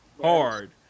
hard